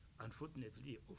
unfortunately